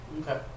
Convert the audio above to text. Okay